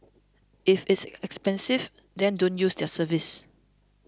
if it's expensive then don't use their service